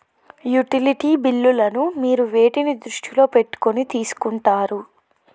Utility బిల్లులను మీరు వేటిని దృష్టిలో పెట్టుకొని తీసుకుంటారు?